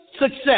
success